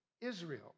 Israel